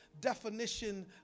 definition